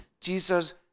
Jesus